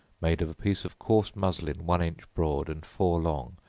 made of a piece of coarse muslin one inch broad, and four long,